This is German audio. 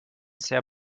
sehr